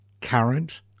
current